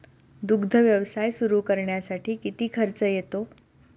दुग्ध व्यवसाय सुरू करण्यासाठी किती खर्च येतो?